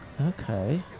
Okay